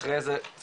אחרי זה אנחנו